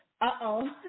Uh-oh